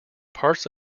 parts